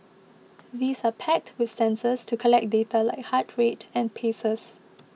these are packed with sensors to collect data like heart rate and paces